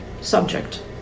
subject